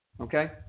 okay